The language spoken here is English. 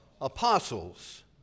Apostles